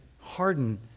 harden